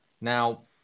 Now